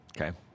Okay